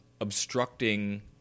obstructing